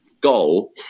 goal